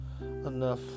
enough